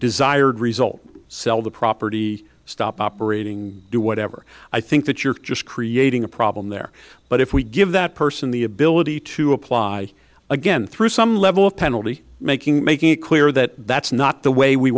desired result sell the property stop operating do whatever i think that you're just creating a problem there but if we give that person the ability to apply again through some level of penalty making making it clear that that's not the way we